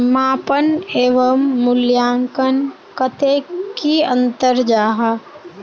मापन एवं मूल्यांकन कतेक की अंतर जाहा?